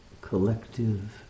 collective